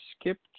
skipped